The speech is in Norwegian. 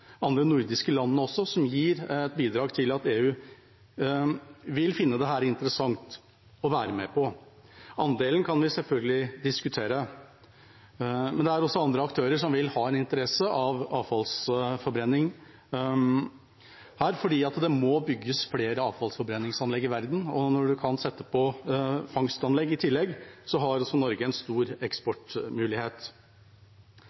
landene, som gir et bidrag til at EU vil finne dette interessant å være med på. Andelen kan vi selvfølgelig diskutere. Men det er også andre aktører som vil ha interesse av avfallsforbrenning her, fordi det må bygges flere avfallsforbrenningsanlegg i verden, og når en kan sette på fangstanlegg i tillegg, har Norge en stor eksportmulighet. Så til Venstres rolle i dette: Vi har vært en stor